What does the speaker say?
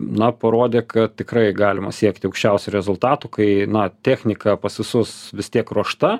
na parodė kad tikrai galima siekti aukščiausių rezultatų kai na technika pas visus vis tiek ruošta